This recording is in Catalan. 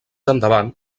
endavant